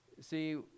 See